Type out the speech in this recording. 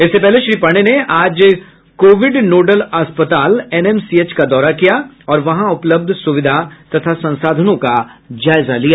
इससे पहले श्री पांडेय ने आज कोविड नोडल अस्पताल एनएमसीएच का दौरा किया और वहां उपलब्ध सुविधा तथा संसाधनों का जायजा लिया